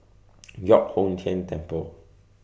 Giok Hong Tian Temple